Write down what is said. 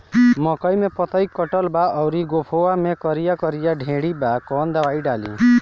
मकई में पतयी कटल बा अउरी गोफवा मैं करिया करिया लेढ़ी बा कवन दवाई डाली?